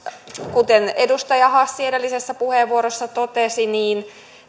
kuten edustaja hassi edellisessä puheenvuorossa totesi niin